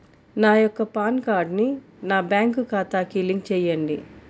నా యొక్క పాన్ కార్డ్ని నా బ్యాంక్ ఖాతాకి లింక్ చెయ్యండి?